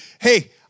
hey